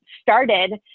started